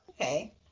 Okay